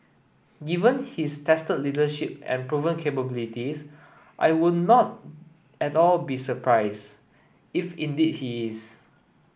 given his tested leadership and proven capabilities I would not at all be surprised if indeed he is